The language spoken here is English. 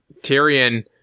Tyrion